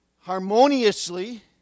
harmoniously